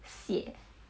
泄